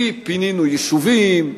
כי פינינו יישובים,